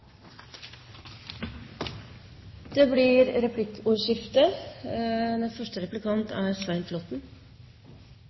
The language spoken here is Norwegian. Det blir replikkordskifte – første replikant